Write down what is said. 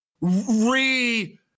re